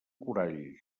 corall